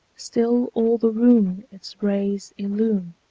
still all the room its rays illume,